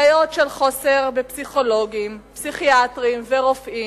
בעיות של חוסר בפסיכולוגים, פסיכיאטרים ורופאים.